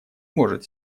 может